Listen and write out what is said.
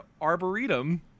arboretum